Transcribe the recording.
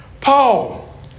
Paul